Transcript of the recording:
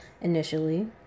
initially